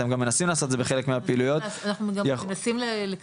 אתם גם מנסים לעשות את זה בחלק מהפעילויות.